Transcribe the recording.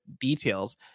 details